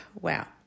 wow